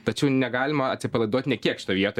tačiau negalima atsipalaiduot nė kiek šitoj vietoj